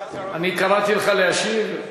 אני קראתי לך להשיב.